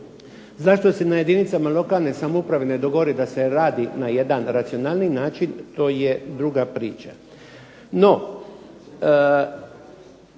Zašto se na jedinicama lokalne samouprave ne dogovori da se radi na jedan racionalniji način, to je druga priča.